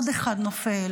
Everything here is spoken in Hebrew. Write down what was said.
עוד אחד נופל,